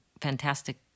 fantastic